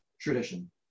tradition